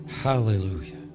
Hallelujah